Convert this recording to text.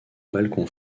balcon